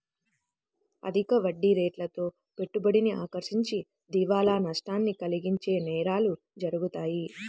అధిక వడ్డీరేట్లతో పెట్టుబడిని ఆకర్షించి దివాలా నష్టాన్ని కలిగించే నేరాలు జరుగుతాయి